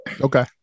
Okay